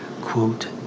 quote